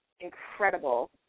incredible